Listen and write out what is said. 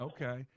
Okay